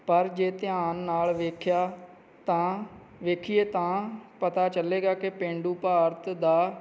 ਪਰ ਜੇ ਧਿਆਨ ਨਾਲ ਵੇਖਿਆ ਤਾਂ ਵੇਖੀਏ ਤਾਂ ਪਤਾ ਚੱਲੇਗਾ ਕਿ ਪੇਂਡੂ ਭਾਰਤ ਦਾ